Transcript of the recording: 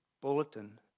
Bulletin